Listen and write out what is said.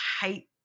hate